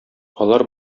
алар